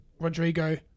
Rodrigo